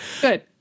Good